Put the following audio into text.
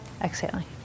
exhaling